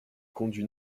conduit